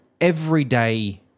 everyday